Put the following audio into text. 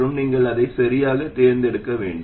மற்றும் நீங்கள் அதை சரியாக தேர்ந்தெடுக்க வேண்டும்